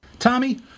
Tommy